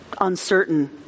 uncertain